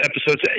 episodes